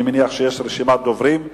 אני מניח שיש רשימת דוברים.